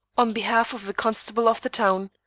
on behalf of the constable of the town,